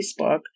Facebook